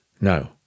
No